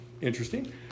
interesting